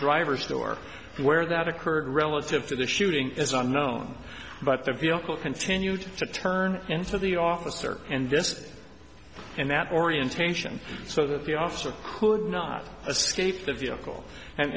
driver's door where that occurred relative to the shooting is unknown but the vehicle continued to turn into the officer and this and that orientation so that the officer could not escape the vehicle and